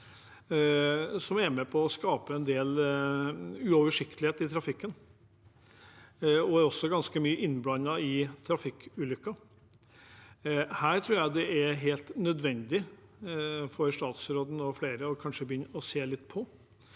som er med på å skape en del uoversiktlighet i trafikken. De er også ganske ofte innblandet i trafikkulykker. Dette tror jeg det er helt nødvendig at statsråden og flere begynner å se litt på,